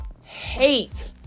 hate